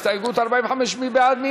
הסתייגות 45, מי בעד ההסתייגות?